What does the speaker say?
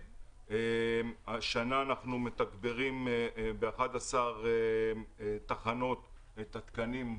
השנה אנחנו מתגברים ב-11 תחנות את התקנים,